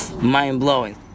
mind-blowing